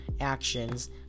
actions